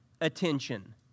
attention